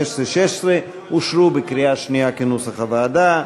15 ו-16 אושרו בקריאה שנייה כנוסח הוועדה.